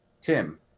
Tim